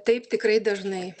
taip tikrai dažnai